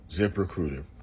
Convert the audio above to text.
ZipRecruiter